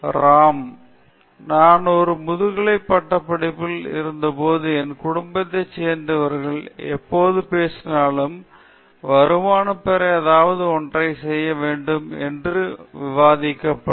ராம் நான் ஒரு முதுகலை வகுப்பில் இருந்தபோது என் குடும்பத்தைச் சேர்ந்தவர்கள் எப்போது பேசினாலும் வருமானம் பெற ஏதாவது ஒன்றைச் செய்ய வேண்டும் என்று விவாதிக்கப்படும்